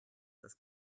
das